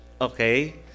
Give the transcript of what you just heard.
Okay